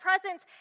presence